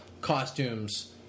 Costumes